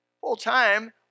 Full-time